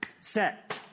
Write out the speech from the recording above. set